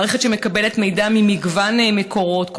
מערכת שמקבלת מידע ממגוון מקורות,